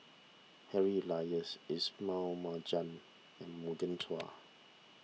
Harry Elias Ismail Marjan and Morgan Chua